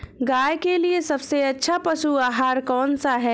गाय के लिए सबसे अच्छा पशु आहार कौन सा है?